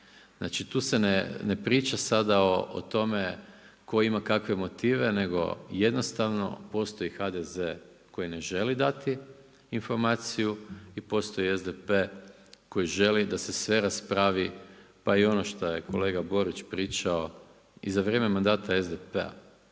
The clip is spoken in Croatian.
Znači tu se ne priča sada o tome tko ima kakve motive nego jednostavno postoji HDZ koji ne želi dati informaciju i postoji SDP koji želi da se sve raspravi pa i ono šta je kolega Borić pričao i za vrijeme mandata SDP-a.